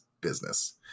business